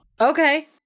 Okay